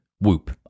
Whoop